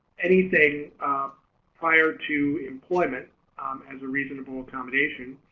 anything prior to employment as a reasonable accommodation.